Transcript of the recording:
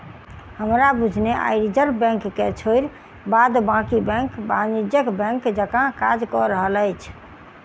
हमरा बुझने आइ रिजर्व बैंक के छोइड़ बाद बाँकी बैंक वाणिज्यिक बैंक जकाँ काज कअ रहल अछि